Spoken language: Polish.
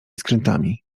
skrętami